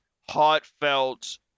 heartfelt